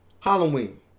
Halloween